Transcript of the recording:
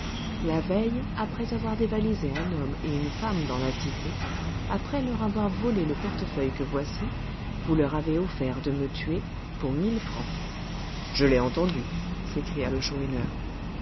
la veille après avoir dévalisé un homme et une femme dans la cité après leur avoir volé le portefeuille que voici vous leur avez offert de me tuer pour mille francs je l'ai entendu s'écria le chourineur